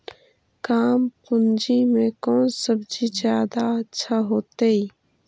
कम पूंजी में कौन सब्ज़ी जादा अच्छा होतई?